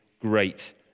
great